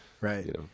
Right